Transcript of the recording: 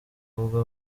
abakobwa